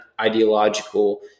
ideological